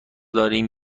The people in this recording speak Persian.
داریم